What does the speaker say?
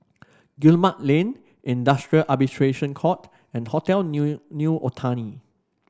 Guillemard Lane Industrial Arbitration Court and Hotel New New Otani